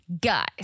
Guys